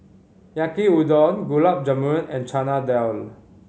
Yaki Udon Gulab Jamun and Chana Dal